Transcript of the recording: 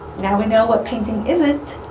now we know what painting isn't